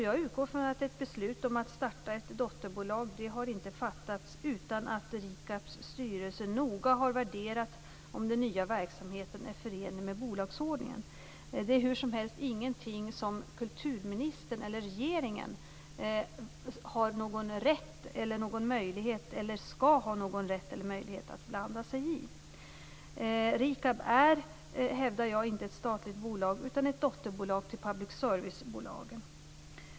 Jag utgår från att ett beslut om att starta ett dotterbolag inte har fattats utan att RIKAB:s styrelse noga har värderat om den nya verksamheten är förenlig med bolagsordningen. Det är hur som helst ingenting som kulturministern eller regeringen har någon rätt eller möjlighet, eller skall ha någon rätt eller möjlighet, att blanda sig i. Jag hävdar att RIKAB inte är något statligt bolag utan ett dotterbolag till public-service-bolagen.